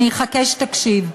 אני אחכה שתקשיב.